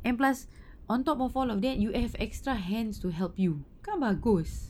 and plus on top of all of that you have extra hands to help you kan bagus